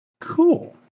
Cool